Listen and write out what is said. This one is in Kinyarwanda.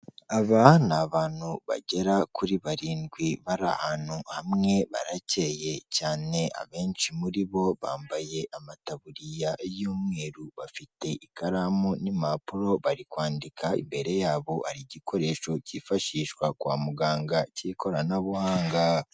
Aba ni abantu bagera kuri barindwi, bari ahantu hamwe, baracyeye cyane, abenshi muri bo, bambaye amataburiya y'umweru, bafite ikaramu n'impapuro bari kwandika, imbere yabo, hari igikoresho cyifashishwa kwa muganga cy'ikoranabuhanga.